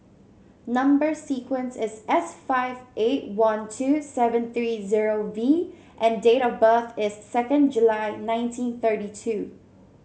number sequence is S five eight one two seven three zero V and date of birth is second July nineteen thirty two